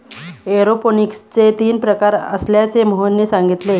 एरोपोनिक्सचे तीन प्रकार असल्याचे मोहनने सांगितले